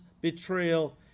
betrayal